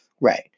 Right